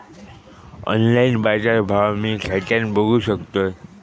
Online बाजारभाव मी खेच्यान बघू शकतय?